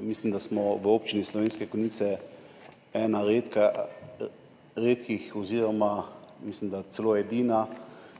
Mislim, da smo v Občini Slovenske Konjice ena redkih oziroma mislim, da celo edina